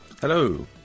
Hello